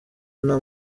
nta